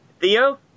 Theo